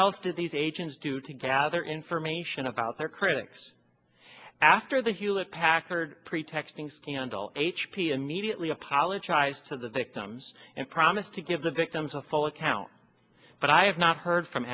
else did these agents do to gather information about their critics after the hewlett packard pretexting scandal h p immediately apologized to the victims and promised to give the victims a full account but i have not heard from